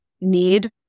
need